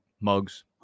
mugs